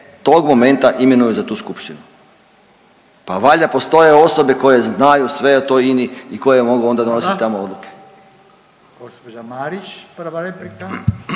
tog momenta imenuju za tu skupštinu. Pa valjda postoje osobe koje znaju sve o toj INA-i i koje onda mogu donositi tamo odluke. **Radin, Furio